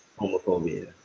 homophobia